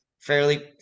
fairly